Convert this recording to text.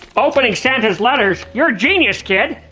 opening santa's letters? your genius, kid!